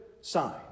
sign